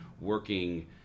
working